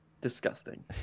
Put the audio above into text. Disgusting